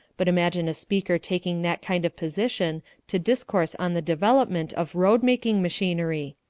but imagine a speaker taking that kind of position to discourse on the development of road-making machinery.